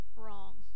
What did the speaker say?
wrong